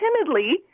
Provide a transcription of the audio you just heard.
timidly